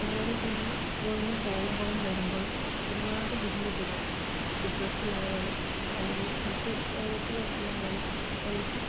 അതുപോലെത്തന്നെ സ്കൂളിൽനിന്ന് പോകുമ്പോഴും വരുമ്പോഴും ഒരുപാട് ബുദ്ധിമുട്ടുകൾ ബസ്സിലായാലും അല്ലെങ്കിൽ മറ്റ് പ്രൈവറ്റ് ബസ്സിലായാലും അവർക്ക്